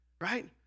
right